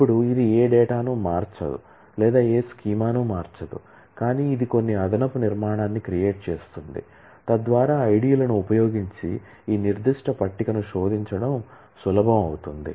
ఇప్పుడు ఇది ఏ డేటాను మార్చదు లేదా ఏ స్కీమాను మార్చదు కానీ ఇది కొన్ని అదనపు నిర్మాణాన్ని క్రియేట్ చేస్తుంది తద్వారా ID లను ఉపయోగించి ఈ నిర్దిష్ట టేబుల్ ను శోధించడం సులభం అవుతుంది